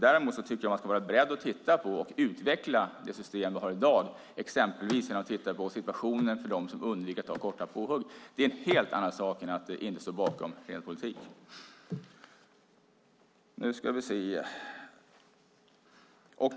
Däremot ska man vara beredd att titta på och utveckla de system vi har i dag exempelvis genom att titta på situationen för dem som undviker att ta korta påhugg. Det är en helt annan sak än att inte stå bakom regeringens politik.